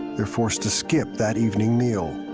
they're forced to skip that evening meal.